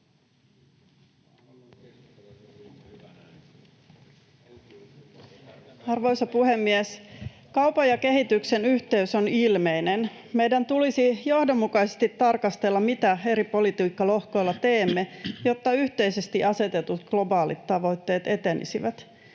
Arvoisa puhemies! Kaupan ja kehityksen yhteys on ilmeinen. Meidän tulisi johdonmukaisesti tarkastella, mitä eri politiikkalohkoilla teemme, jotta yhteisesti asetetut globaalit tavoitteet etenisivät.